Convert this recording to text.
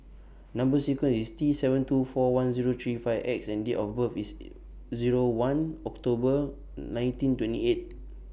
Number sequence IS T seven two four one Zero three five X and Date of birth IS Zero one October nineteen twenty eight